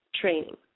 training